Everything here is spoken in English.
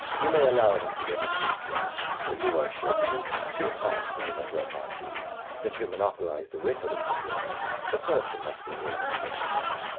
you may allow him to win of you at play, for you are sure to be too hard for him at repartee since you monopolise the wit that is between you, the fortune must be his of course.